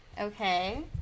Okay